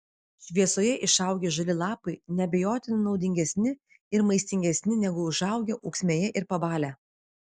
šviesoje išaugę žali lapai neabejotinai naudingesni ir maistingesni negu užaugę ūksmėje ir pabalę